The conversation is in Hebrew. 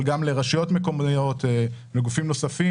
אבל גם לרשויות מקומיות ולגופים נוספים